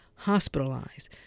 hospitalized